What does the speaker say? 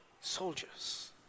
soldiers